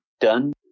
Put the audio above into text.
done